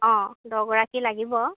অঁ দহগৰাকী লাগিব